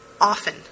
often